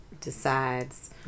decides